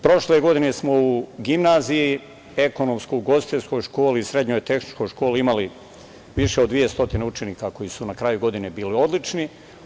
Prošle godine smo u gimnaziji, ekonomsko-ugostiteljskoj školi, srednjoj tehničkoj školi imali više od 200 učenika koji su na kraju godine bili odlični.